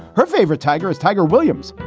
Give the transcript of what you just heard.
her favorite tiger is tiger williams,